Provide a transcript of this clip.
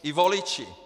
I voliči.